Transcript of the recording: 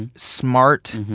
and smart,